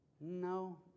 No